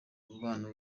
umubano